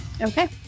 Okay